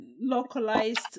localized